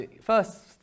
first